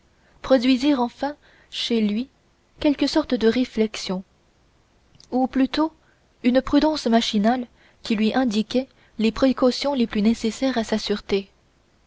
produisirent enfin chez lui quelque sorte de réflexion ou plutôt une prudence machinale qui lui indiquait les précautions les plus nécessaires à